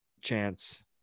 chance